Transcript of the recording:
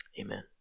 Amen